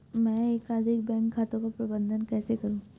मैं एकाधिक बैंक खातों का प्रबंधन कैसे करूँ?